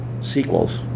sequels